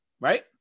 Right